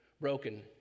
broken